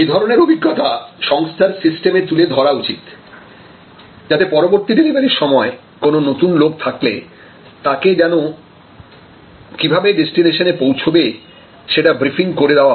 এ ধরনের অভিজ্ঞতা সংস্থার সিস্টেমে তুলে ধরা উচিৎ যাতে পরবর্তী ডেলিভারির সময় কোন নতুন লোক থাকলে তাকে যেন কিভাবে ডেস্টিনেশন এ পৌঁছোবে সেটা ব্রিফিং করে দেওয়া হয়